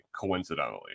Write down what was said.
coincidentally